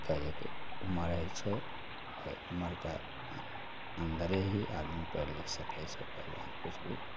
के एक उमरि होइ छै ओहि उमरिके अन्दरे ही आदमी पढ़ि लिखि सकै छै ओकर बाद किछु भी